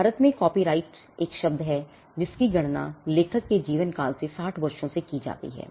भारत में कॉपीराइट का एक शब्द है जिसकी गणना लेखक जीवनकाल के 60 वर्षों से की जाती है